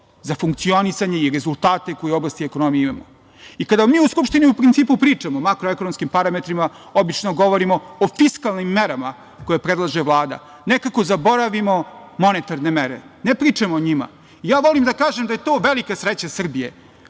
za funkcionisanje i rezultate koje u oblasti ekonomije imamo. Kada mi u Skupštini u principu pričamo o makroekonomskim parametrima, obično govorimo o fiskalnim merama koje predlaže Vlada. Nekako zaboravimo monetarne mere, ne pričamo o njima. Ja volim da kažem da je to velika sreća Srbije.